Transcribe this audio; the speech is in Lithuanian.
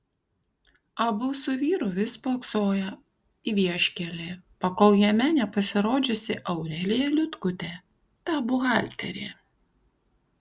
abu su vyru vis spoksoję į vieškelį pakol jame nepasirodžiusi aurelija liutkutė ta buhalterė